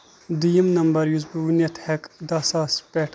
دوٚیِم نَمبر یُس بہٕ ؤنِتھ ہٮ۪کہٕ دہ ساس پٮ۪ٹھ